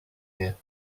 here